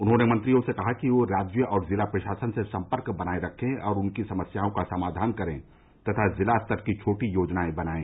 उन्होंने मंत्रियों से कहा कि वे राज्य और जिला प्रशासन से संपर्क बनाये रखें और उनकी समस्याओं का समाधान करें तथा जिलास्तर की छोटी योजनाएं बनायें